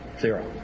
Zero